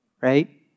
right